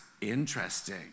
Interesting